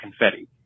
confetti